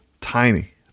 Tiny